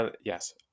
yes